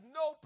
no